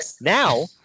now